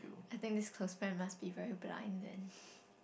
I think this close friend must be very blind then